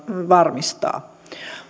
varmistaa